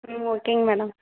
ம் ஓகேங்க மேடம்